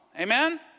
Amen